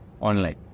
online